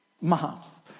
Moms